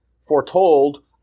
foretold